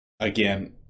Again